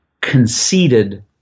conceded